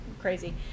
crazy